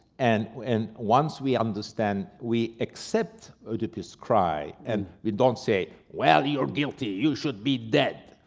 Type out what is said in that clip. and and once we understand, we accept oedipus' cry and we don't say, well, you're guilty you should be dead.